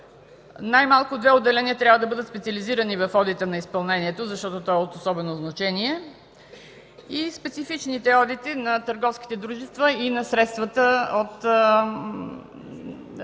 най-малко две отделения трябва да бъдат специализирани в одита на изпълнението, защото то е от особено значение, и специфичните одити на търговските дружества и на проектите,